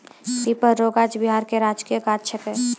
पीपर रो गाछ बिहार के राजकीय गाछ छिकै